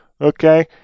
Okay